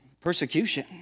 Persecution